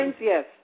yes